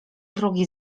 drugi